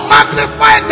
Magnify